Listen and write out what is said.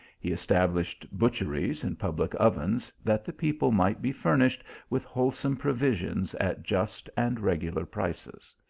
he established butcheries and public ovens, that the people might be furnished with wholesome provisions at just and regular prices.